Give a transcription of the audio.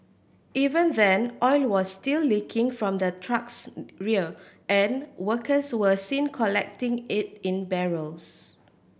even then oil was still leaking from the truck's rear and workers were seen collecting it in barrels